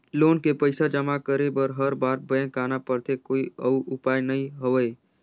Loan के पईसा जमा करे बर हर बार बैंक आना पड़थे कोई अउ उपाय नइ हवय?